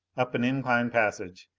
up an incline passage,